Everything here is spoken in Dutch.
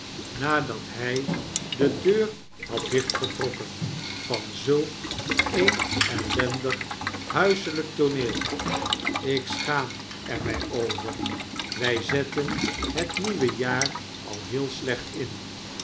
nadat hij de deur bad dichtgetrokken van zulk een ellendig huiselijk tooneel ik schaam er my over wy zetten het nieuwe jaar al heel slecht in